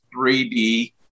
3D